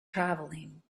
travelling